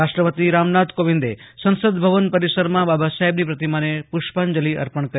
રાષ્ટ્રપતિ રામનાથ કોવિંદ સંસદભવન પરિસરમાં બાબા સાહેબની પ્રતિમાને પ્રષ્પાંજલિ અર્પણ કરી